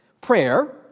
prayer